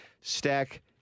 stack